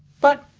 but,